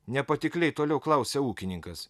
nepatikliai toliau klausia ūkininkas